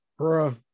bruh